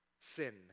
Sin